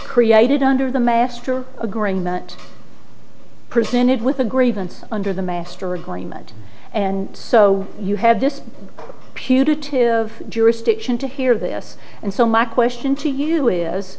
created under the master agreement presented with a grievance under the master agreement and so you have this putative jurisdiction to hear this and so my question to you is